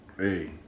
Hey